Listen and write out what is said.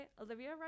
Olivia